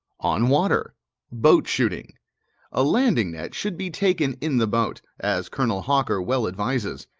on water boat-shooting a landing-net should be taken in the boat, as colonel hawker well advises,